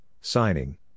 signing